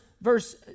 verse